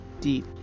deep